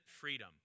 freedom